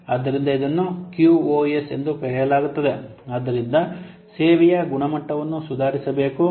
ಆದ್ದರಿಂದ ಇದನ್ನು QoS ಎಂದು ಕರೆಯಲಾಗುತ್ತದೆ ಆದ್ದರಿಂದ ಸೇವೆಯ ಗುಣಮಟ್ಟವನ್ನು ಸುಧಾರಿಸಬೇಕು